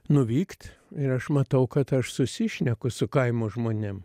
nuvykt ir aš matau kad aš susišneku su kaimo žmonėm